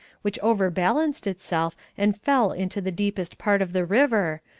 which overbalanced itself and fell into the deepest part of the river,